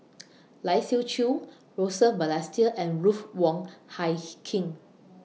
Lai Siu Chiu Joseph Balestier and Ruth Wong Hie King